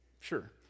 sure